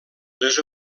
les